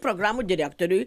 programų direktoriui